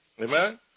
Amen